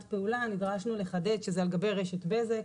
פעולה" נדרשנו לחדד שזה על גבי רשת בזק.